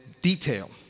detail